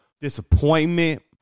disappointment